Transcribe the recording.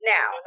Now